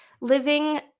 living